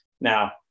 Now